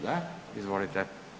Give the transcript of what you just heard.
Da, izvolite.